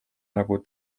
nagu